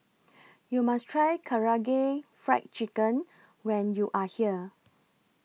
YOU must Try Karaage Fried Chicken when YOU Are here